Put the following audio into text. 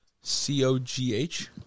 C-O-G-H